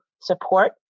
support